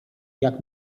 jak